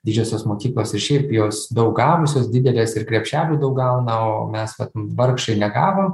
didžiosios mokyklos ir šiaip jos daug gavusios didelės ir krepšelių daug gauna o mes vargšai negavom